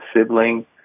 sibling